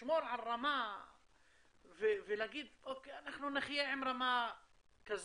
לשמור על רמה ולהגיד אוקיי, נחיה עם רמה כזאת,